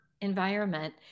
environment